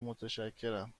متشکرم